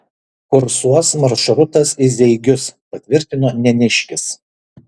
kursuos maršrutas į zeigius patvirtino neniškis